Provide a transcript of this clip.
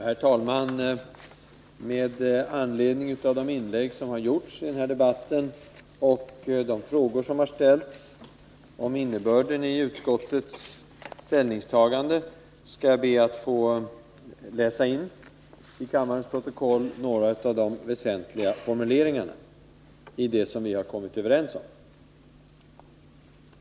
Herr talman! Med anledning av de inlägg som har gjorts i debatten och de frågor som har ställts om innebörden i utskottets ställningstagande skall jag be att få läsa in i kammarens protokoll några av de väsentliga formuleringarna i det vi har kommit överens om.